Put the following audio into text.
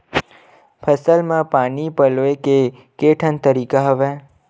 फसल म पानी पलोय के केठन तरीका हवय?